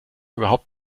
überhaupt